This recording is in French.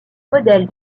modèle